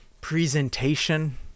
presentation